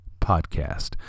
Podcast